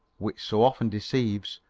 which so often deceives,